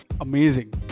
amazing